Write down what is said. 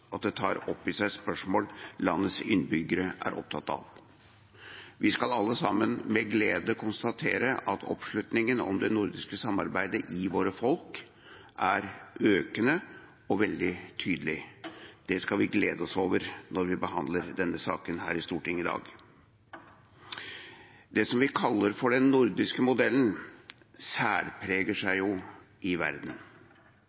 og at det tar opp i seg spørsmål som landets innbyggere er opptatt av. Vi skal alle sammen med glede konstatere at oppslutningen om det nordiske samarbeidet i våre folk er økende og veldig tydelig. Det skal vi glede oss over når vi behandler denne saken i Stortinget i dag. Det som vi kaller «den nordiske modellen»,